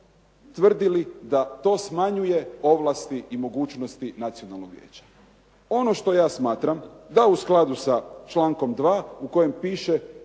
tvrdili da to smanjuje ovlasti i mogućnosti Nacionalnog vijeća. Ono što ja smatram da u skladu sa člankom 2. u kojem piše